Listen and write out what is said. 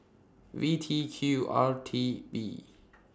V T Q R T B